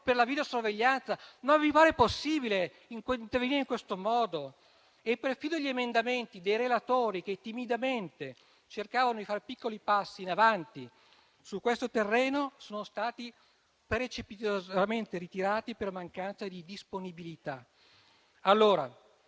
per la videosorveglianza. Vi pare possibile intervenire in questo modo? Perfino gli emendamenti dei relatori, che cercavano timidamente di far piccoli passi in avanti su questo terreno, sono stati precipitosamente ritirati per mancanza di disponibilità.